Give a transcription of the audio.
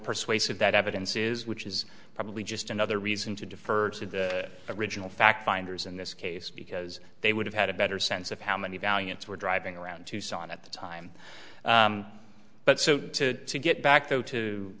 persuasive that evidence is which is probably just another reason to defer to the original fact finders in this case because they would have had a better sense of how many valiance were driving around tucson at the time but so to get back though to